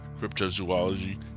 cryptozoology